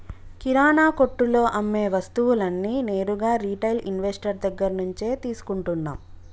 కిరణా కొట్టులో అమ్మే వస్తువులన్నీ నేరుగా రిటైల్ ఇన్వెస్టర్ దగ్గర్నుంచే తీసుకుంటన్నం